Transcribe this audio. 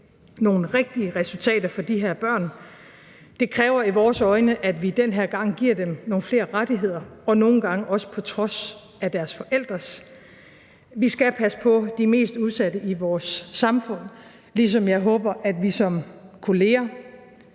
nogle rigtige resultater for de her børn. Det kræver i vores øjne, at vi den her gang giver dem nogle flere rettigheder, nogle gange også på bekostning af deres forældres. Vi skal passe på de mest udsatte i vores samfund, ligesom jeg håber, at vi som kolleger